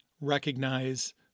recognize